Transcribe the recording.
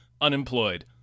unemployed